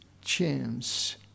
chance